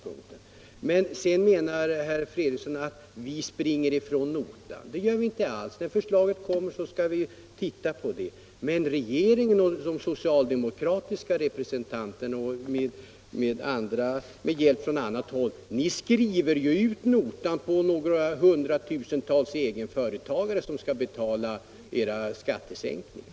Herr Fredriksson menar att vi springer ifrån notan. Det gör vi inte alls. När förslaget kommer skall vi titta på det. Men de socialdemokratiska representanterna låter med hjälp av andra skriva ut notan på några hundratusentals egenföretagare. De får betala för era skattesänkningar.